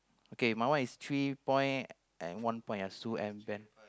okay my one is three point and one point ah sue M van